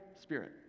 Spirit